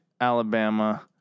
Alabama